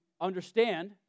understand